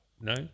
no